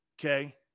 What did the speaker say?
Okay